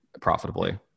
profitably